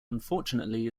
unfortunately